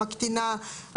מקטינה,